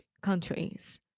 countries